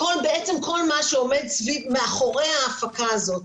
ובעצם כל מה שעובד מסביב ומאחורי ההפקה הזאת,